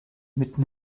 mitten